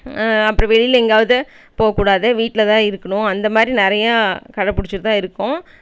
அப்புறம் வெளியில் எங்கேயாவது போகக்கூடாது வீட்டில் தான் இருக்கணும் அந்த மாரி நிறையா கடப்பிடிச்சிட்டு தான் இருக்கோம்